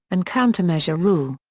and countermeasure rule.